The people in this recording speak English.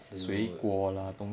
食物